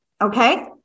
Okay